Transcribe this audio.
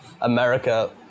America